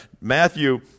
Matthew